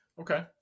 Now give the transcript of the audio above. Okay